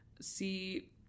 see